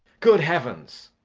good heavens.